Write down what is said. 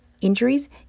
injuries